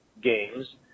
games